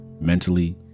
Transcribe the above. mentally